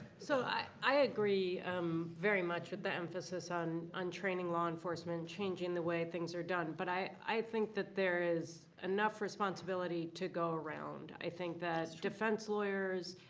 so i i agree um very much with the emphasis on on training law enforcement, changing the way things are done. but i i think that there is enough responsibility to go around. i think that defense lawyers